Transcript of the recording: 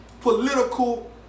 political